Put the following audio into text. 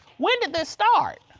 when did this start?